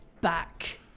back